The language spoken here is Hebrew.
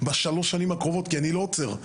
בשלוש השנים הקרובות כי אני לא עוצר,